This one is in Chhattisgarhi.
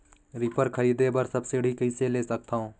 रीपर खरीदे बर सब्सिडी कइसे ले सकथव?